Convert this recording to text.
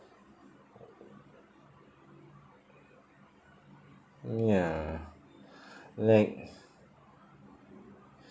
mm ya like